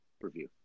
review